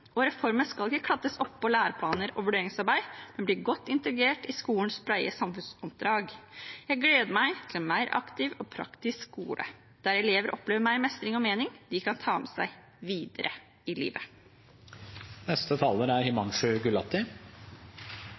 og reformen skal ikke klattes oppå læreplaner og vurderingsarbeid, men bli godt integrert i skolens brede samfunnsoppdrag. Jeg gleder meg til en mer aktiv og praktisk skole, der elever opplever mer mestring og mening de kan ta med seg videre i livet.